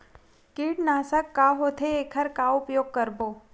कीटनाशक का होथे एखर का उपयोग करबो?